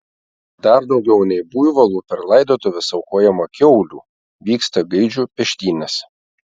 dar daugiau nei buivolų per laidotuves aukojama kiaulių vyksta gaidžių peštynės